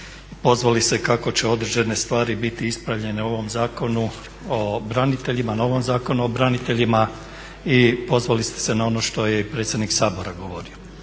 ste kako će određene stvari biti ispravljene u ovom Zakonu o braniteljima, novom Zakonu o braniteljima i pozvali ste se na ono što je i predsjednik Sabora govorio.